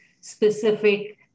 specific